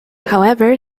however